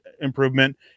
improvement